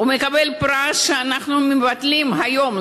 הוא מקבל פרס שאנחנו מבטלים היום,